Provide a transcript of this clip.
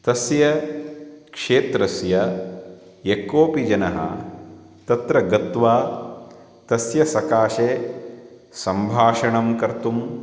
तस्य क्षेत्रस्य यः कोपि जनः तत्र गत्वा तस्य सकाशे सम्भाषणं कर्तुं